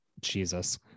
Jesus